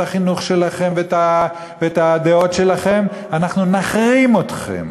החינוך שלכם ואת הדעות שלכם אנחנו נחרים אתכם